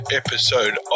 episode